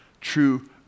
true